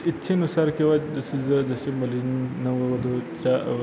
इच्छेनुसार किंवा जसे ज जसे मुलीं नववधूच्या